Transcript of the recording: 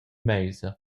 meisa